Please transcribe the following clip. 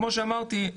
כמו שאמרתי,